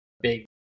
big